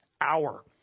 hour